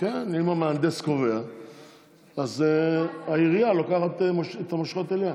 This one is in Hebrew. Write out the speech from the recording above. המהנדס קובע, אז העירייה לוקחת את המושכות אליה.